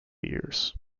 years